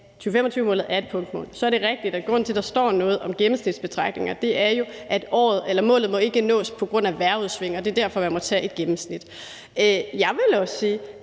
2025-målet er et punktmål. Så er det rigtigt, at der står noget om gennemsnitsbetragtninger, og grunden til det er, at målet ikke må nås på grund af vejrudsving. Så det er derfor, man må tage et gennemsnit. Jeg vil også sige,